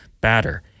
batter